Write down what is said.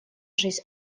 жизнь